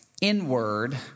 inward